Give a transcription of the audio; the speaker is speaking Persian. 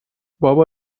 بابا